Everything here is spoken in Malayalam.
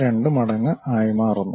82 മടങ്ങ് ആയി മാറുന്നു